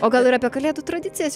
o gal ir apie kalėdų tradicijas